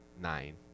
Nine